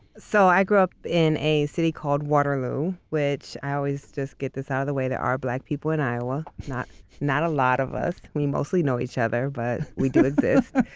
so i grew up in a city called waterloo, which i always just get this out of the way, there are black people in iowa. not not a lot of us, we mostly know each other, but we do exist.